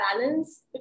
balance